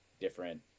different